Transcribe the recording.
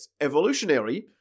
Evolutionary